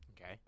Okay